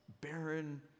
barren